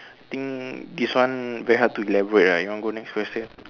think this one very hard to elaborate right you want go next question